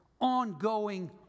ongoing